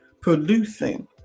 producing